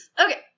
Okay